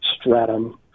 stratum